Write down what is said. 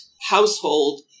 household